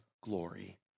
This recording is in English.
glory